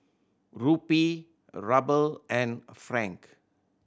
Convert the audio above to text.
Rupee Ruble and Franc